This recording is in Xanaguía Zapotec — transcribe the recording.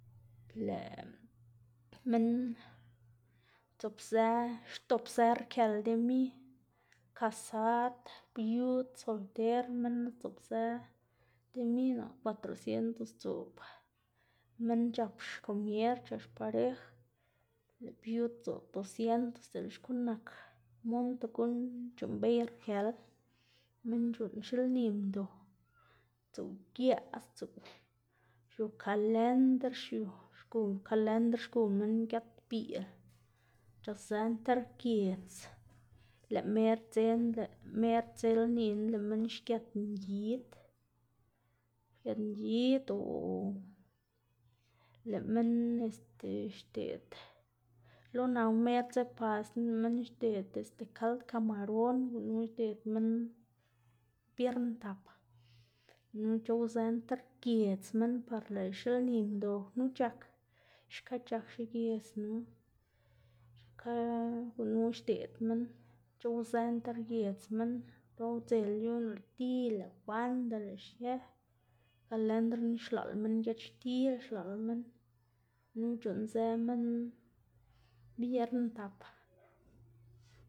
Lëꞌ minn dzobzë xtopzë rkel demi, kasad, biud, solter, minn knu dzoꞌbzë demi cuatrocientos dzoꞌb minn c̲h̲ap xkomier c̲h̲ap xparej, lëꞌ biud dzoꞌb docientos dele xkuꞌn nak monto guꞌn c̲h̲uꞌnnbéy rkel, minn c̲h̲uꞌnn xilni mdo, dzuꞌw giaꞌ sdzuꞌw xiu kalendr xiu xgu kalendr xgu minn giat biꞌl c̲h̲azë nter giedz, lëꞌ mer dzena mer dze lnina lëꞌ minn xgët ngid lëꞌ ngid o lëꞌ minn este xdeꞌd lo naku mer dze paskna lëꞌ minn xdeꞌd este kald kamaron, gunu xdeꞌd minn biern tap, gunu c̲h̲owzë nter giedz minn par lëꞌ xilni mdo knu c̲h̲ak. Xka c̲h̲ak xigiedznu, xka gunu xdeꞌd minn c̲h̲owzë nter giedz minn or udzelyuna lëꞌ di lëꞌ bandana lëꞌ xkë, kalendrna xlaꞌl minn giatxtil xlaꞌl minn, gunu c̲h̲uꞌnnzë minn biern tap.